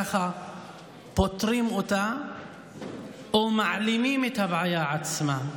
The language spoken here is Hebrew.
ככה פותרים אותה או מעלימים את הבעיה עצמה.